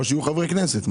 או שיהיו חברי כנסת.